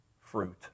fruit